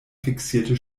fixierte